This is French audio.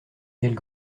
quelle